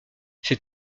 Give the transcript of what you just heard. ces